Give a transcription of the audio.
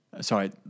sorry